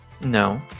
No